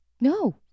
no